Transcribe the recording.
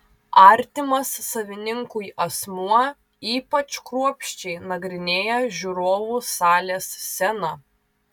artimas savininkui asmuo ypač kruopščiai nagrinėja žiūrovų salės sceną